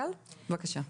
גל בבקשה.